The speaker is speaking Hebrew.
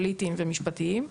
פוליטיים ומשפטיים.